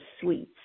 sweets